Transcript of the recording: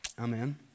Amen